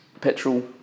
petrol